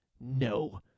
No